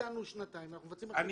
ביצענו שנתיים ואנחנו מבצעים --- אני